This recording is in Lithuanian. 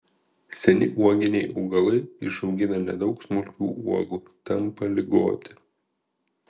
seni uoginiai augalai išaugina nedaug smulkių uogų tampa ligoti